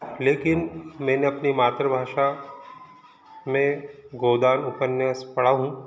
लेकिन मैंने अपनी मातृभाषा में गोदान उपन्यास पढ़ा हूँ